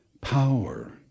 Power